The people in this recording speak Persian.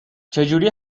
چجوری